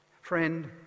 friend